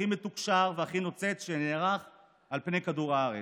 הכי מתוקשר והכי נוצץ שנערך על פני כדור הארץ.